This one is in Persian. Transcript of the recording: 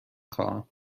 خواهم